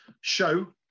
show